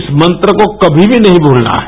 इस मंत्र को कभी भी नहीं भूलना है